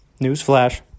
Newsflash